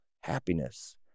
happiness